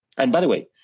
and by the way,